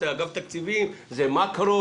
אגף תקציבים זה מקרו,